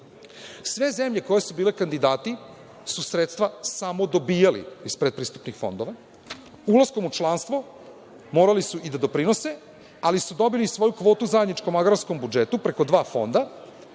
Sve zemlje koje su bile kandidati su sredstva samo dobijala iz predpristupnih fondova. Ulaskom u članstvo, morali su i da doprinose, ali su dobili i svoju kvotu u zajedničkom agrarnom budžetu, preko dva fonda